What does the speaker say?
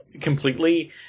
completely